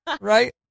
right